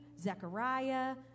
Zechariah